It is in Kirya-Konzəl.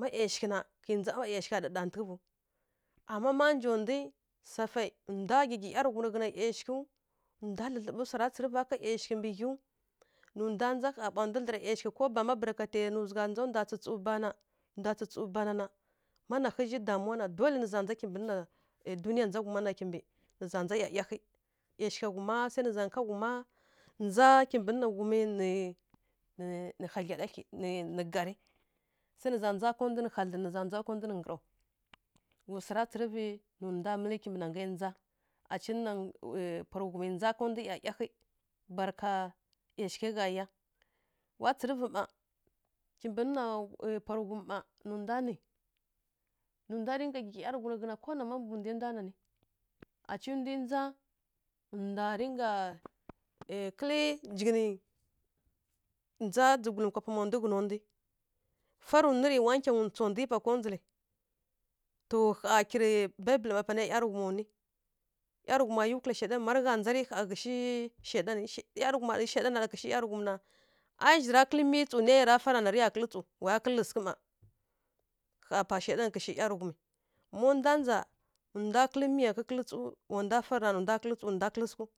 Ma yausghǝ nǝ kǝ njaɓǝ nǝ yausgha dǝɗa tǝghǝvǝ ma nja nda swafǝ nǝ gha gǝgi ˈyatǝghuma tǝghǝn yausghǝw gha mǝl swa ra tsǝrǝvǝ ka yausghǝ mɓǝ ghyiw barkatǝ nǝ zaugha nja nda tsǝtsu bana na ma nǝ ghǝzǝ damuwa na kimɓǝ duniya nja wama nǝ na kimɓǝ yausgha wu ma swǝ nǝ za ka wuma nja kimɓǝ nǝ na wumǝ nǝ hadlya ɗatlǝ kimɓǝ garǝ swa nǝ za nja nda nǝ hadlǝn nǝ za nda nǝ giruw ghǝzǝ swa tsǝrǝvǝ nǝ nda mǝl kimɓǝ na ghǝ nja aa ca na pa ra ghum nja iyayahi barka yausghǝ hya ˈyaa wa tsǝrǝvǝ kimɓǝ nǝ na pa rǝghum nǝ nda nǝ nd cika gǝgi ˈyaraghum nda rǝgha kǝl jughǝnǝ nja jigulim kwa pama nda ghǝtǝn fǝri nuri wa kǝnyǝ nta nda ma kongǝl to hya kirǝ biblǝ pa nǝ ˈyaraghum nu yǝ nǝ ˈyaraghum u kǝla shaidan ma ri hya ndzara tǝ shaidan ɗa yaraghum na na yaraghum ɗa kǝshǝ na mara gha nja ri zǝ ra kǝl miyǝ tsu nyiyara fa rana tǝ kǝl tsu wa ya kǝl sǝghǝ mma hya pa shaidan kǝshǝyaraghum nda ja nǝ nda kǝl miya kǝl nǝ nda fǝri na tsu